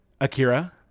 Akira